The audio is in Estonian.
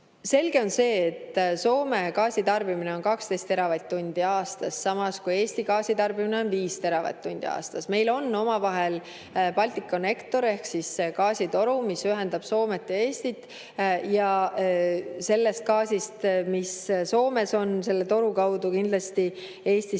Selge on see, et Soome gaasitarbimine on 12 teravatt-tundi aastas, samas kui Eesti gaasitarbimine on 5 teravatt-tundi aastas. Meil on omavahel Balticconnector ehk gaasitoru, mis ühendab Soomet ja Eestit, ja seda gaasi, mis Soomes on, selle toru kaudu kindlasti Eestisse